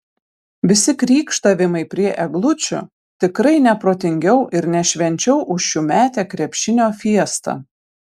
visi krykštavimai prie eglučių tikrai ne protingiau ir ne švenčiau už šiųmetę krepšinio fiestą